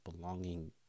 belonging